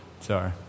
sorry